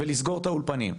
ולסגור את האולפנים.